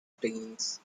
teens